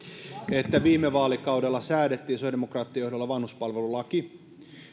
että viime vaalikaudella säädettiin sosiaalidemokraattien johdolla vanhuspalvelulaki